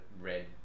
red